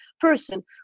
person